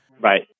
Right